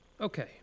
Okay